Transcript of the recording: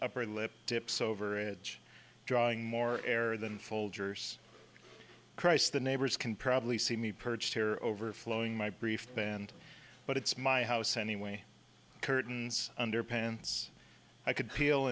upper lip tips over it drawing more air than folgers christ the neighbors can probably see me perched here overflowing my brief band but it's my house anyway curtains underpants i could peel